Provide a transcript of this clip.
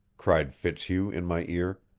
cried fitzhugh in my ear.